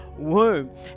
womb